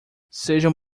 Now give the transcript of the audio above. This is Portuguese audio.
sejam